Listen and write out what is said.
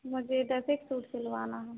मुझे दस एक सूट सिलवाना है